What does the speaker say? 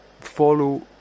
follow